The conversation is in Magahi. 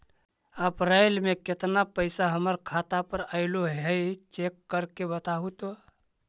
अप्रैल में केतना पैसा हमर खाता पर अएलो है चेक कर के बताहू तो?